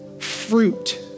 fruit